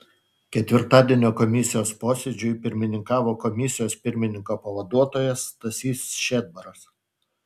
ketvirtadienio komisijos posėdžiui pirmininkavo komisijos pirmininko pavaduotojas stasys šedbaras